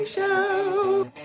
Show